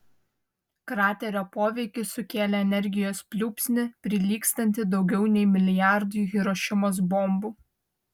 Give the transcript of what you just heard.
kraterio poveikis sukėlė energijos pliūpsnį prilygstantį daugiau nei milijardui hirošimos bombų